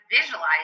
visualize